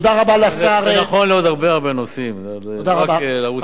זה נכון לעוד הרבה נושאים, לא רק לערוץ-10.